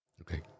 Okay